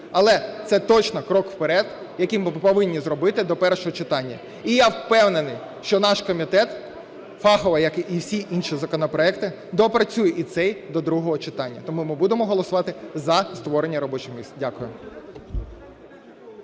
Але це точно крок вперед, який ми повинні зробити до першого читання. І я впевнений, що наш комітет фахово, як і всі інші законопроекти, доопрацює і цей до другого читання. Тому ми будемо голосувати за створення робочих місць. Дякую.